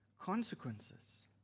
consequences